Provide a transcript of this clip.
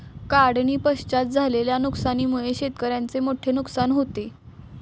काढणीपश्चात झालेल्या नुकसानीमुळे शेतकऱ्याचे मोठे नुकसान होते